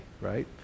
right